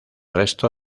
resto